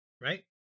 Right